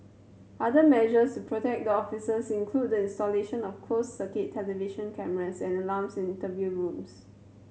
other measures to protect the officers include the installation of closed circuit television cameras and alarms in the interview rooms